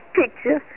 picture